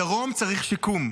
הדרום צריך שיקום,